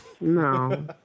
no